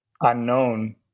unknown